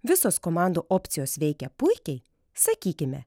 visos komandų opcijos veikia puikiai sakykime